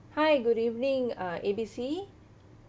hi good evening uh A B C